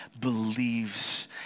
believes